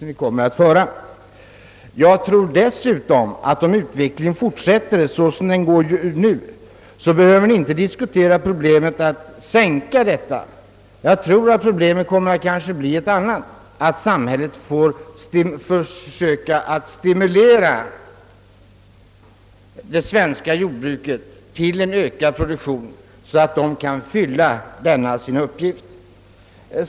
Dessutom tror jag att om den nuvarande utvecklingen fortsätter, problemet om sänkning av gränsen inte behöver diskuteras, utan problemet kommer troligen att bli ett annat, nämligen att samhället får försöka stimulera det svenska jordbruket till en ökning av produktionen, så att det kan fylla sin uppgift.